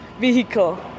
vehicle